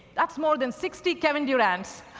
that's more than sixty kevin durants!